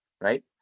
right